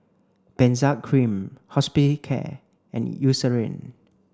Benzac Cream Hospicare and Eucerin